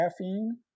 caffeine